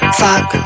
fuck